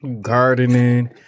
Gardening